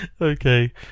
Okay